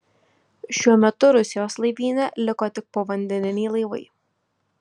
šiuo metu rusijos laivyne liko tik povandeniniai laivai